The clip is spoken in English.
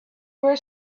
were